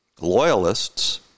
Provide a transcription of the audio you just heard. loyalists